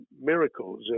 miracles